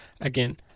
again